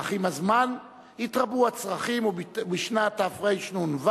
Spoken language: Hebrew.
אך עם הזמן התרבו הצרכים ובשנת תרנ"ו